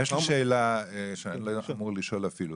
יש לי שאלה, שאני לא אמור לשאול אפילו.